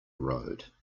road